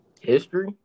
History